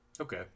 Okay